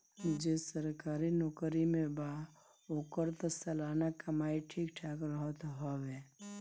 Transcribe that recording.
जे सरकारी नोकरी में बा ओकर तअ सलाना कमाई ठीक ठाक रहत हवे